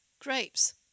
grapes